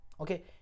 okay